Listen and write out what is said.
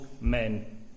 men